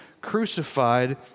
crucified